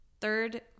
Third